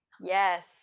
Yes